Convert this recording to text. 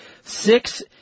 Six